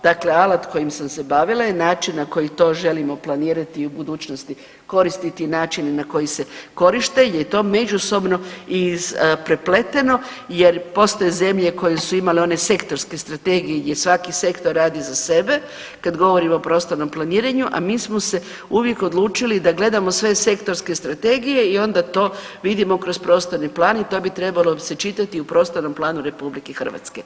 Dakle, alat kojim sam se bavila i način na koji to želimo planirati i u budućnosti koristiti načine na koje se koriste je to međusobno isprepleteno jer postoje zemlje koje su imale one sektorske strategije gdje svaki sektor radi za sebe kad govorim o prostornom planiranju, a mi smo se uvijek odlučili da gledamo sve sektorske strategije i onda to vidimo kroz prostorni plan i to bi trebalo se čitati i u prostornom planu Republike Hrvatske.